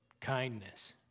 kindness